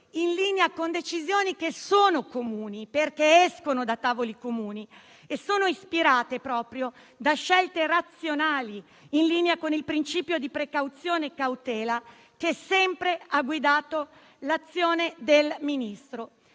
in linea con decisioni che sono comuni, perché escono da tavoli comuni, e sono ispirate proprio da scelte razionali, in linea con il principio di precauzione e cautela che sempre ha guidato l'azione del Ministro.